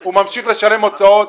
הוא ממשיך לשלם הוצאות.